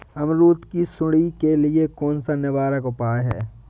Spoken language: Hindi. अमरूद की सुंडी के लिए कौन सा निवारक उपाय है?